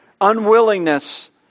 unwillingness